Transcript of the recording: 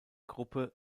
gruppe